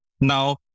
Now